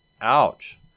Ouch